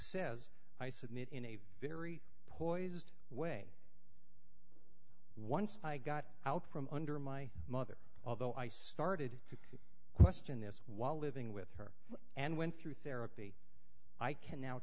says i submit in a very poised way once i got out from under my mother although i started to question this while living with her and went through therapy i can now